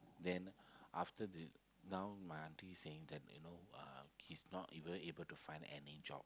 then after the now my aunty is saying that you know uh he is not even able to find any job